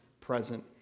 present